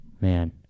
man